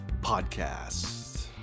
podcast